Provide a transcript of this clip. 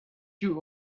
two